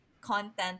content